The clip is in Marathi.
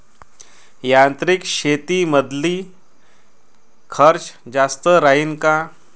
यांत्रिक शेतीमंदील खर्च जास्त राहीन का?